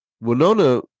Winona